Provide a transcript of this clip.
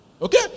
Okay